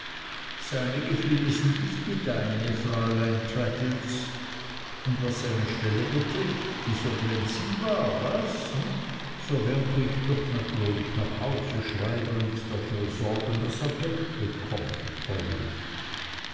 seine gefühle sind nicht wie deine fräulein traddles und was seine stelle betrifft die so glänzend war was so werde ich doch natürlich nach hause schreiben und dafür sorgen daß er geld bekommt polly